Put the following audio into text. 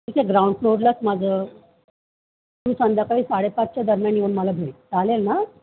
ठीक आहे ग्राउंड फ्लोअरलाच माझं तू संध्याकाळी साडेपाचच्या दरम्यान येऊन मला भेट चालेल ना